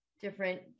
different